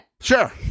Sure